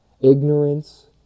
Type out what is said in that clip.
ignorance